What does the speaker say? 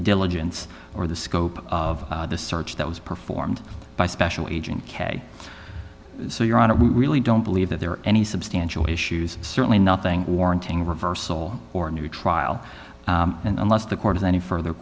diligence or the scope of the search that was performed by special agent k so your honor we really don't believe that there are any substantial issues certainly nothing warranting reversal or a new trial and unless the court is any further